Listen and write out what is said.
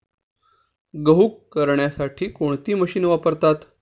गहू करण्यासाठी कोणती मशीन वापरतात?